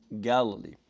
Galilee